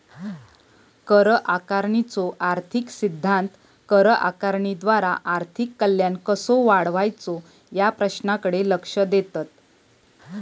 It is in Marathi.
कर आकारणीचो आर्थिक सिद्धांत कर आकारणीद्वारा आर्थिक कल्याण कसो वाढवायचो या प्रश्नाकडे लक्ष देतत